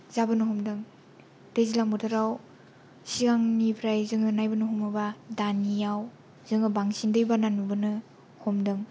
जाबोनो हमदों दैज्लां बोथोराव सिगांनिफ्राय जोङो नायबोनो हमोब्ला दानियाव जोङो बांसिन दैबाना नुबोनो हमदों